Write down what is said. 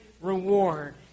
reward